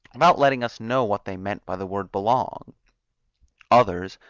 without letting us know what they meant by the word belong others,